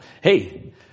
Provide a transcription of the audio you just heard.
Hey